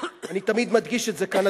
אני תמיד מדגיש את זה כאן,